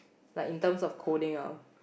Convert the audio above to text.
like in term of coding out